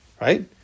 Right